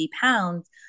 pounds